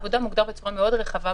יש לי עוד 100 רעיונות.